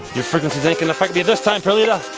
your frequencies ain't gonna affect me this time perlita.